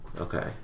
Okay